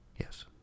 Yes